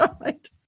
right